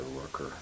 worker